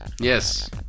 Yes